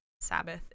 Sabbath